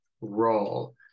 role